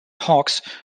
hogs